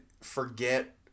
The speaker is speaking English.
forget